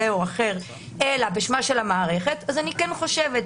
או אחר אלא בשמה של המערכת אז אני כן חושבת,